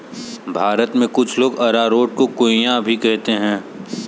भारत में कुछ लोग अरारोट को कूया भी कहते हैं